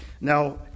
Now